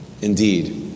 indeed